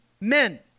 men